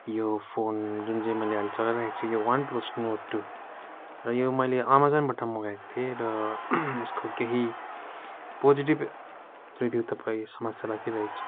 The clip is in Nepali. यो फोन जुन चाहिँ मैले अहिले चलाइरहेको छु वान प्लस नोट टू र यो मैले अमाजोनबाट मगाएको थिएँ र यसको केही पोजेटिब रिभ्यू तपाईँ समक्ष राखिरहेको छु